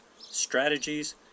strategies